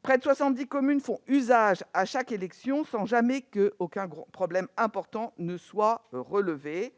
Près de 70 communes en font usage à chaque élection, sans que jamais aucun problème important n'ait été relevé.